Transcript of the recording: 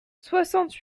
soixante